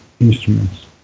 instruments